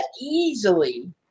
easily